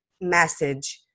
message